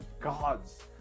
gods